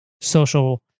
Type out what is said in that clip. social